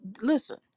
listen